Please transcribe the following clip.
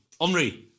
Omri